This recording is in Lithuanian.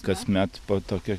kasmet po tokią